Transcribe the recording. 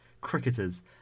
cricketers